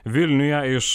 vilniuje iš